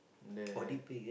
the